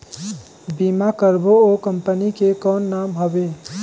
बीमा करबो ओ कंपनी के कौन नाम हवे?